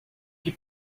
que